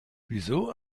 wieso